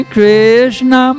Krishna